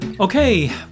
Okay